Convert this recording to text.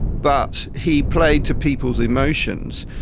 but he played to people's emotions.